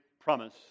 promise